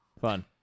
Fun